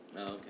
okay